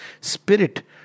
spirit